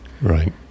right